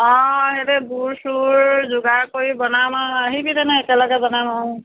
অঁ সেইদৰে গুৰ চুৰ যোগাৰ কৰি বনাম আৰু আহিবি তেনে একেলগে বনাম আৰু